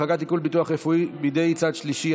החרגת עיקול ביטוח רפואי בידי צד שלישי),